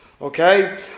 okay